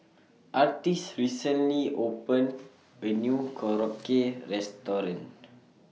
Artis recently opened A New Korokke Restaurant